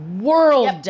world